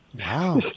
Wow